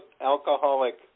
alcoholic